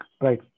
right